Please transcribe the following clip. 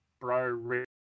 Bro